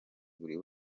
buri